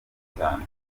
cyane